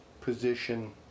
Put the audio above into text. position